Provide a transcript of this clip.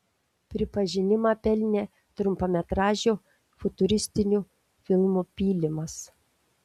pripažinimą pelnė trumpametražiu futuristiniu filmu pylimas